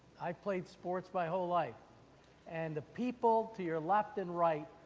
i played sports my whole life and the people to your left and right,